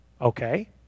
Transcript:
Okay